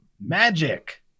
Magic